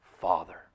father